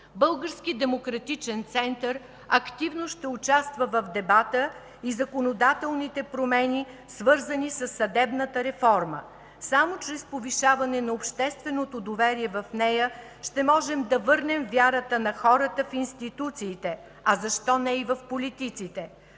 Българският демократичен център активно ще участва в дебата и законодателните промени, свързани със съдебната реформа. Само чрез повишаване на общественото доверие в нея ще можем да върнем вярата на хората в институциите, а защо не и в политиците?